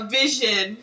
vision